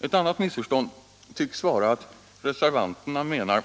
Ett annat missförstånd tycks vara att reservanterna menar